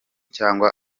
cyangwa